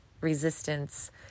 Resistance